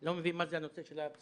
ואני לא מבין מה זה הנושא הפסיכומטרי.